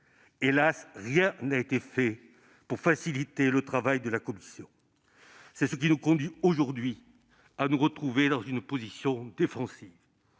Hélas, rien n'a été fait pour faciliter le travail de cette commission. C'est ce qui nous conduit aujourd'hui à nous retrouver dans une position défensive.